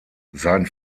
sein